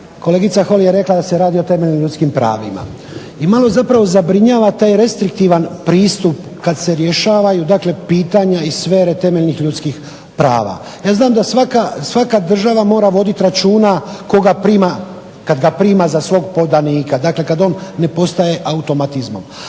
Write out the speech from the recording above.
kolegica Holy je rekla da se radi o temeljnim ljudskim pravima i malo zabrinjava taj restriktivan pristup kada se rješavaju pitanja iz sfere ljudskih prava. Ja znam da svaka država mora voditi računa koga prima kada ga prima za svog podanika dakle kada on ne postaje automatizmom